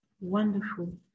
wonderful